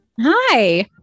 hi